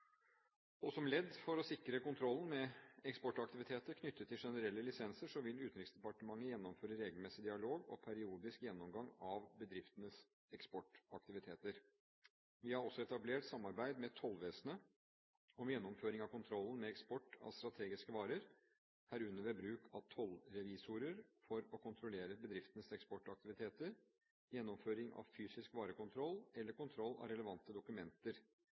Som ledd i å sikre kontrollen med eksportaktiviteter knyttet til generelle lisenser, vil Utenriksdepartementet gjennomføre regelmessig dialog og periodisk gjennomgang av bedriftenes eksportaktiviteter. Vi har også etablert samarbeid med Tollvesenet om gjennomføringen av kontrollen med eksport av strategiske varer, herunder ved bruk av tollrevisorer, for å kontrollere bedriftenes eksportaktiviteter, gjennomføring av fysisk varekontroll eller kontroll av relevante dokumenter